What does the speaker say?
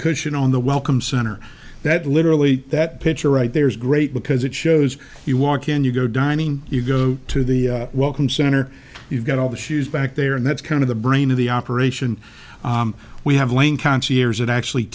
cushion on the welcome center that literally that picture right there is great because it shows you walk in you go dining you go to the welcome center you've got all the shoes back there and that's kind of the brain of the operation we have laying concierges it actually